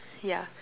yeah